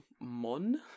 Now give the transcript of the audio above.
Mon